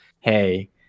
hey